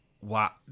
Wow